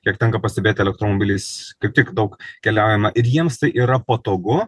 kiek tenka pastebėti elektromobiliais kaip tik daug keliaujama ir jiems tai yra patogu